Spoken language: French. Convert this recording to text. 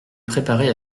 préparer